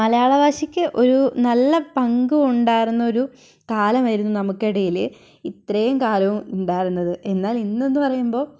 മലയാളഭാഷക്ക് ഒരു നല്ല പങ്ക് ഉണ്ടായിരുന്ന ഒരു കാലമായിരുന്നു നമുക്കിടയിൽ ഇത്രേം കാലം ഉണ്ടായിരുന്നത് എന്നാൽ ഇന്നെന്ന് പറയുമ്പോൾ